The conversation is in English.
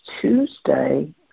Tuesday